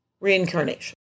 reincarnation